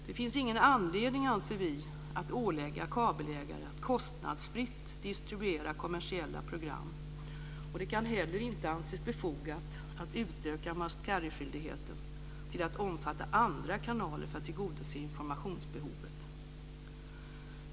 Det finns ingen anledning, anser vi, att ålägga kabelägare att kostnadsfritt distribuera kommersiella program, och det kan heller inte anses befogat att utöka must carry-skyldigheten till att omfatta andra kanaler för att tillgodose informationsbehovet.